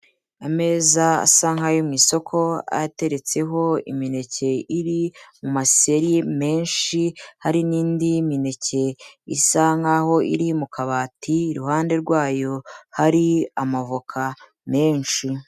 Ameza asa nk'ayo mu isoko, ateretseho imineke iri mu maseri menshi, hari n'indi mineke isa nk'iri mu kabati, iruhande rwayo hari amavoka menshi.